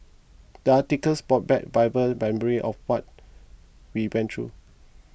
the article brought back vivid memories of what we went through